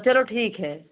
चलो ठीक है